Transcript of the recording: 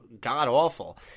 god-awful